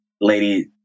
lady